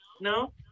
no